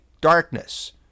darkness